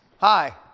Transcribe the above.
Hi